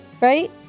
right